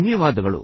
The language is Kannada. ಧನ್ಯವಾದಗಳು